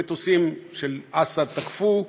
המטוסים של אסד תקפו,